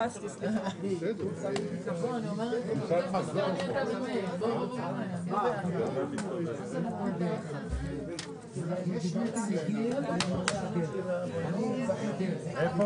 11:35.